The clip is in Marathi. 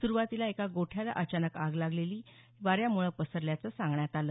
सुरूवातीला एका गोठ्याला अचानक लागलेली ही आग वाऱ्यामुळे पसरल्याचं सांगण्यात आलं